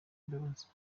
imbabazi